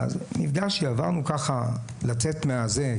כשעברנו לצאת מהזה,